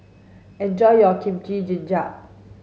enjoy your Kimchi Jjigae